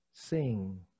Sing